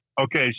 Okay